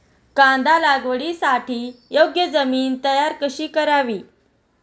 कांदा लागवडीसाठी योग्य जमीन तयार कशी करावी?